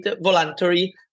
voluntary